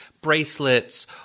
bracelets